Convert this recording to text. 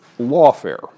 lawfare